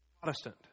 Protestant